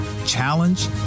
challenge